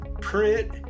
print